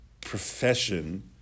profession